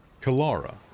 Kalara